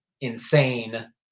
insane